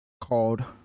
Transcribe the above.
called